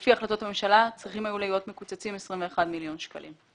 לפי החלטות הממשלה היו צריכים להיות מקוצצים 21 מיליון שקלים.